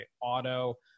auto